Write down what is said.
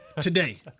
today